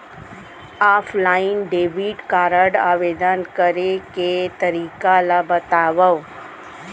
Offline debit card आवेदन करे के तरीका ल बतावव?